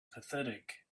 pathetic